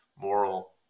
moral